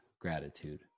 gratitude